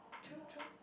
true true